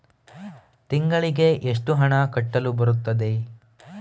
ತಿಂಗಳಿಗೆ ಎಷ್ಟು ಹಣ ಕಟ್ಟಲು ಬರುತ್ತದೆ?